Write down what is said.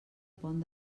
pont